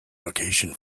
location